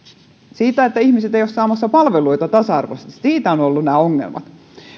siinä että ihmiset eivät ole saamassa palveluita tasa arvoisesti ovat olleet nämä ongelmat